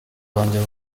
banjye